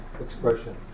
expression